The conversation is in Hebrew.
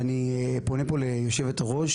ואני פונה פה ליושבת הראש,